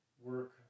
work